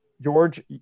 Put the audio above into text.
George